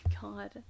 God